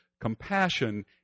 compassion